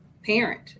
parent